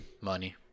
money